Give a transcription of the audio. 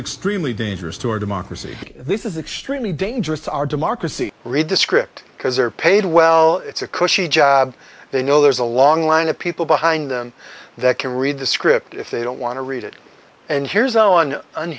extremely dangerous to our democracy this is extremely dangerous to our democracy read the script because they're paid well it's a cushy job they know there's a long line of people behind them that can read the script if they don't want to read it and here's